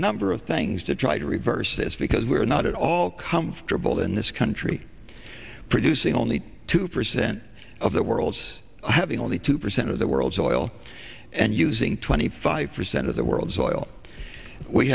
number of things to try to reverse this because we are not at all comfortable in this country producing only two percent of the world having only two percent of the world's oil and using twenty five percent of the world's oil we